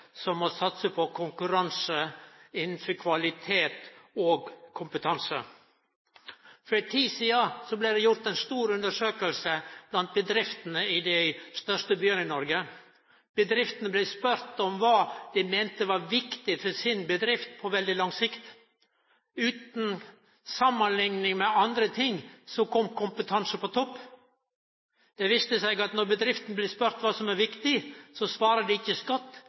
som må satse på konkurranse innanfor kvalitet og kompetanse. For ei tid sidan blei det gjort ei stor undersøking blant bedriftene i dei største byane i Noreg. Bedriftene blei spurde om kva dei meinte var viktig for deira bedrift på lang sikt. Utan samanlikning med andre ting kom kompetanse på topp. Det viste seg at når bedrifter blei spurde om kva som var viktig, svara dei ikkje